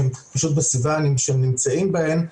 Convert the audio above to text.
שהם פשוט בסביבה שהן נמצאים בהם,